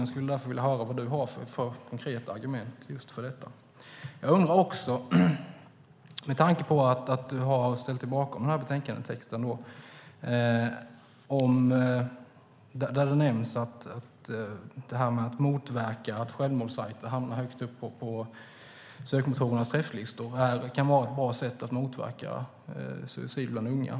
Jag skulle därför vilja höra vad Anne Marie Brodén har för konkreta argument för detta. Anne Marie Brodén har ställt sig bakom betänkandetexten, där det nämns att det här med att motverka att självmordssajter hamnar högt upp på sökmotorernas träfflistor kan vara ett bra sätt att motverka suicid bland unga.